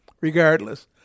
regardless